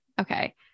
okay